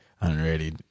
unready